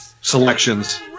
selections